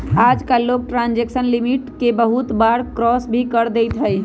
आजकल लोग transaction limit के बहुत बार क्रास भी कर देते हई